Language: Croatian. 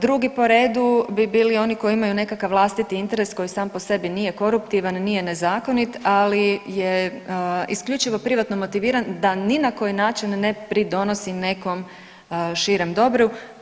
Drugi po redu bi bili oni koji imaju nekakav vlastiti interes koji sam po sebi nije koruptivan, nije nezakonit, ali je isključivo privatno motiviran da ni na koji način ne pridonosi nekom širem dobru.